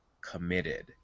committed